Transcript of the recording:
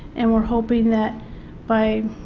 and we are hoping that by